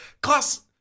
Class